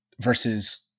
Versus